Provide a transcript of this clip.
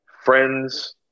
friends